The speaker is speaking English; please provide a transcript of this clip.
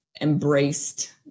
embraced